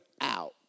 out